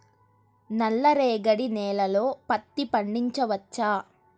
నల్ల రేగడి నేలలో పత్తి పండించవచ్చా?